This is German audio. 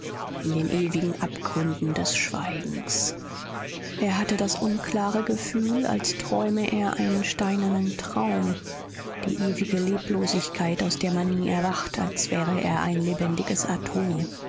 in den ewigen abgründen des schweigens er hatte das unklare gefühl als träume er einen steinernen traum die ewige leblosigkeit aus der man nie erwacht als wäre er ein lebendiges atom